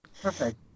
Perfect